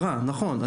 נכון.